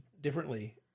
differently